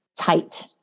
tight